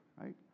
right